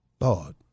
Lord